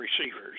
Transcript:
receivers